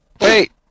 Wait